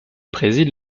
préside